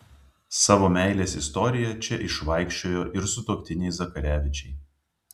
savo meilės istoriją čia išvaikščiojo ir sutuoktiniai zakarevičiai